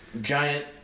giant